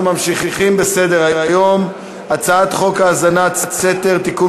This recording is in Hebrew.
אנחנו ממשיכים בסדר-היום: הצעת חוק האזנת סתר (תיקון